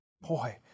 Boy